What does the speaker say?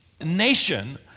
nation